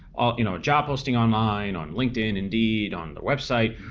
you know job posting on line, on linkedin, indeed, on the website,